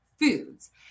foods